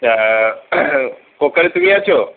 হ্যাঁ ফ্রি আছো